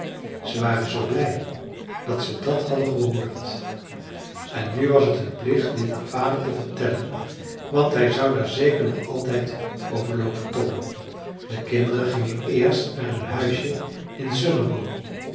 ze waren zoo blij dat ze dat hadden gehoord en nu was het hun plicht dit aan vader te vertellen want hij zou daar zeker nog altijd over loopen tobben de kinderen gingen eerst naar hun huisje in sunnerbo